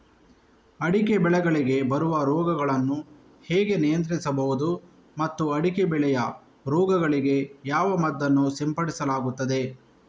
ಅಡಿಕೆ ಬೆಳೆಗಳಿಗೆ ಬರುವ ರೋಗಗಳನ್ನು ಹೇಗೆ ನಿಯಂತ್ರಿಸಬಹುದು ಮತ್ತು ಅಡಿಕೆ ಬೆಳೆಯ ರೋಗಗಳಿಗೆ ಯಾವ ಮದ್ದನ್ನು ಸಿಂಪಡಿಸಲಾಗುತ್ತದೆ?